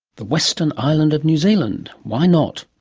the western island of new zealand? why not!